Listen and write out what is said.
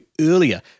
earlier